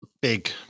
big